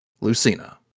Lucina